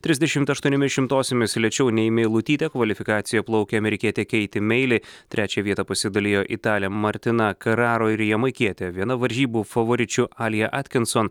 trisdešimt aštuoniomis šimtosiomis lėčiau nei meilutytė kvalifikacijoje plaukė amerikietė keiti meili trečią vietą pasidalijo italė martina kararo ir jamaikietė viena varžybų favoričių alija atkinson